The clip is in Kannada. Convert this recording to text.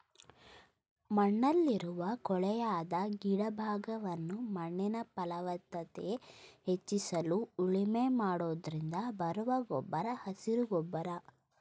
ಮಣ್ಣಲ್ಲಿರುವ ಕೊಳೆಯದ ಗಿಡ ಭಾಗವನ್ನು ಮಣ್ಣಿನ ಫಲವತ್ತತೆ ಹೆಚ್ಚಿಸಲು ಉಳುಮೆ ಮಾಡೋದ್ರಿಂದ ಬರುವ ಗೊಬ್ಬರ ಹಸಿರು ಗೊಬ್ಬರ